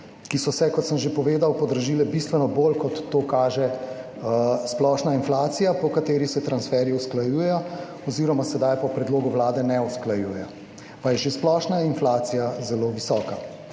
ki so se, kot sem že povedal, podražile bistveno bolj, kot to kaže splošna inflacija, po kateri se transferji usklajujejo oziroma sedaj po predlogu Vlade ne usklajujejo. Pa je že splošna inflacija zelo visoka.